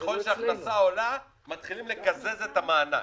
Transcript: שככל שההכנסה עולה, מתחילים לקזז את המענק.